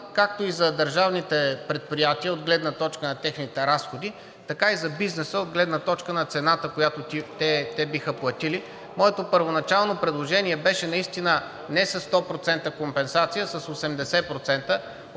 както за държавните предприятия от гледна точка на техните разходи, така и за бизнеса от гледна точка на цената, която те биха платили. Моето първоначално предложение беше не със 100% компенсация, а с 80%